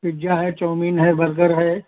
pizza है chowmein है burger ही